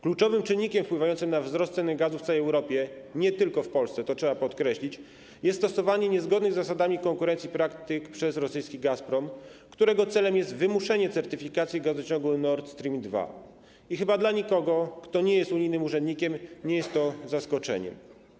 Kluczowym czynnikiem wpływającym na wzrost ceny gazu w całej Europie, nie tylko w Polsce, co trzeba podkreślić, jest stosowanie niezgodnych z zasadami konkurencji praktyk przez rosyjski Gazprom, którego celem jest wymuszenie certyfikacji gazociągu Nord Stream 2, i chyba dla nikogo, kto nie jest unijnym urzędnikiem, nie jest to zaskoczeniem.